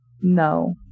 No